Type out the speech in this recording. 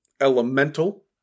elemental